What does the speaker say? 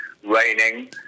raining